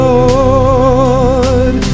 Lord